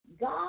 God